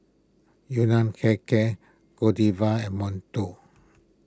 Yun Nam Hair Care Godiva and Monto